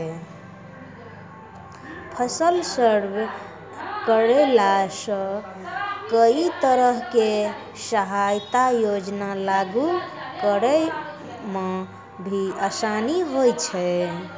फसल सर्वे करैला सॅ कई तरह के सहायता योजना लागू करै म भी आसानी होय छै